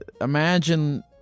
imagine